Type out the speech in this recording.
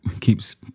keeps